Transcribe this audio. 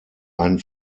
einen